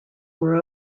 were